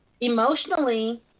emotionally